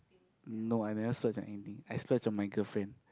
no I never splurge on anything I splurge on my girlfriend